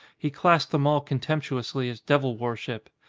he classed them all contemptuously as devil worship.